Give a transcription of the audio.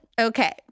Okay